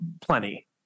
plenty